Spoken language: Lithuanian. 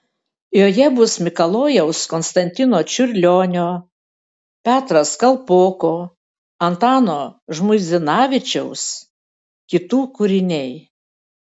joje bus mikalojaus konstantino čiurlionio petras kalpoko antano žmuidzinavičiaus kitų kūriniai